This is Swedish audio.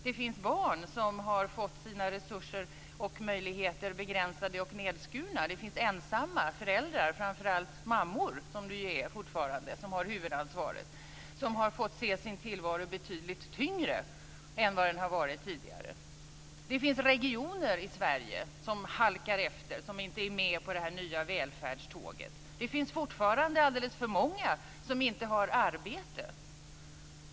Det finns barn vars resurser och möjligheter har begränsats och skurits ned. Det finns ensamma föräldrar - det är fortfarande framför allt mammor som har huvudansvaret - som har fått se sin tillvaro betydligt tyngre än vad den har varit tidigare. Det finns regioner i Sverige som halkar efter och som inte är med på det nya välfärdståget. Det finns fortfarande alldeles för många som inte har arbete.